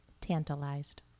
Tantalized